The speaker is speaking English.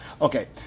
okay